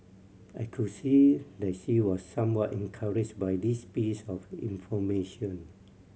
I could see that she was somewhat encouraged by this piece of information